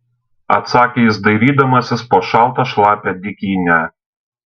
atsakė jis dairydamasis po šaltą šlapią dykynę